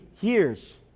years